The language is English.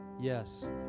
Yes